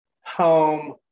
home